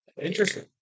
Interesting